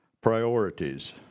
Priorities